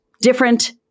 different